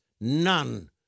none